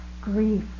grief